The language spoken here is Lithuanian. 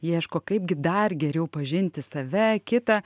ieško kaip gi dar geriau pažinti save kitą